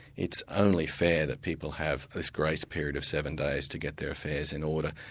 it's only fair that people have this grace period of seven days to get their affairs in order,